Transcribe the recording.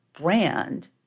brand